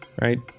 right